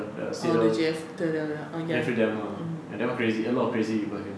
oh the jeff the the the err ya